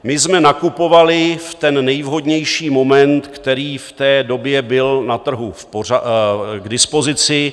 My jsme nakupovali v ten nejvhodnější moment, který v té době byl na trhu k dispozici.